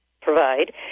provide